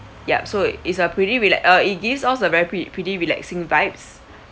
yup so it's a pretty rela~ uh it gives off a very pre~ pretty relaxing vibes